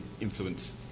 influence